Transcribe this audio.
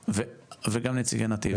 וגם נציגי נתיב,